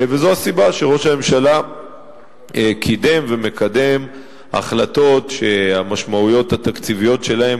זאת הסיבה שראש הממשלה קידם ומקדם החלטות שהמשמעויות התקציביות שלהן,